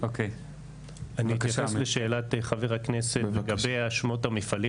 אני אתייחס לשאלת חבר הכנסת לגבי שמות המפעלים